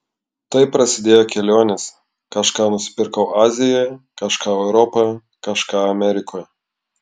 tai prasidėjo kelionėse kažką nusipirkau azijoje kažką europoje kažką amerikoje